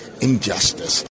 injustice